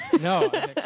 No